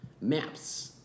Maps